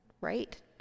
right